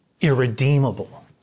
irredeemable